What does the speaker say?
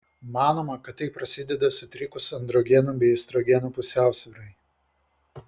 manoma kad tai prasideda sutrikus androgenų bei estrogenų pusiausvyrai